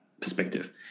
perspective